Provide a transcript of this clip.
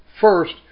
First